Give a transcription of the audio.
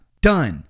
done